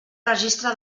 registre